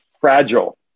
fragile